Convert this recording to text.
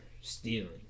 stealing